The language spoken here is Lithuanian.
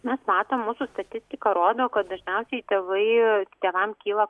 mes matom mūsų statistika rodo kad dažniausiai tėvai tėvam kyla